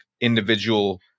individual